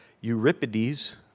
Euripides